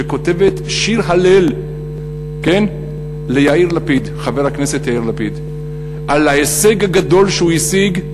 שכותבת שיר הלל לחבר הכנסת יאיר לפיד על ההישג הגדול שהוא השיג,